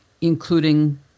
including